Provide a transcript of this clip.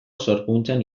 sorkuntzan